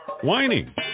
whining